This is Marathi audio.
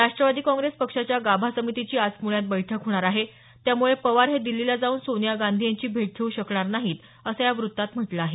राष्ट्रवादी काँग्रेस पक्षाच्या गाभा समितीची आज पुण्यात बैठक होणार आहे त्यामुळे पवार हे दिल्लीला जाऊन सोनिया गांधी यांची भेट घेऊ शकणार नाही असं या वृत्तात म्हटलं आहे